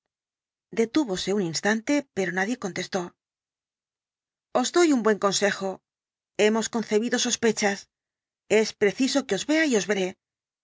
veros detúvose un instante pero nadie contestó os doy un buen consejo hemos concebido sospechas es preciso que